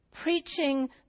preaching